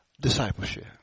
discipleship